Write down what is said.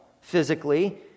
physically